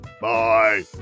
Bye